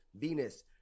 venus